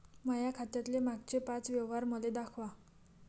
माया खात्यातले मागचे पाच व्यवहार मले दाखवा